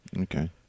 okay